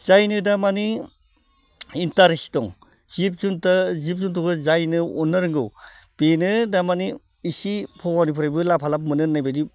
जायनो दा माने इन्ट्रेस दं जिब जुन्थु जिब जुन्थुखौ जायनो अननो रोंगौ बेनो थारमाने एसे भगबाननिफ्रायबो लाभा लाब मोनो होननाय बायदि